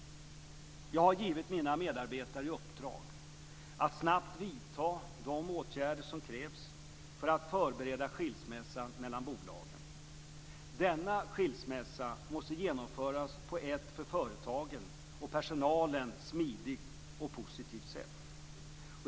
Jag har givit mina medarbetare i uppdrag att snabbt vidta de åtgärder som krävs för att förbereda skilsmässan mellan bolagen. Denna skilsmässa måste genomföras på ett för företagen och personalen smidigt och positivt sätt.